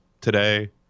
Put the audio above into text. today